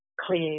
clear